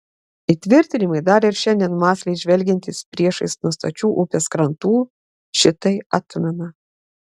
įtvirtinimai dar ir šiandien mąsliai žvelgiantys priešais nuo stačių upės krantų šitai atmena